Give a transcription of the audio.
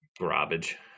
garbage